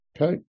Okay